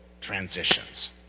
transitions